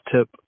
tip